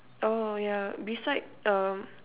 oh yeah beside um